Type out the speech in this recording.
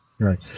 Right